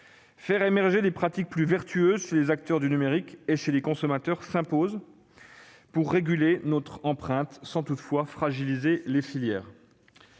Faire émerger des pratiques plus vertueuses chez les acteurs du numérique et chez les consommateurs s'impose pour réguler notre empreinte, sans toutefois fragiliser les filières.